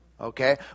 Okay